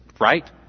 Right